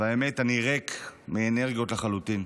והאמת היא שאני ריק מאנרגיות לחלוטין.